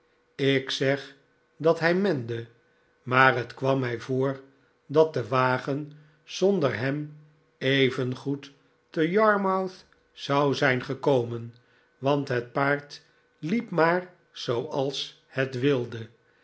ik zeg dat hij mende maar het kwam mij voor dat de wagen zonder hem evengoed in yarmouth zou zijn gekomen want het paard liep maar zooals het wilde